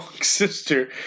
sister